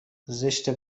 زشته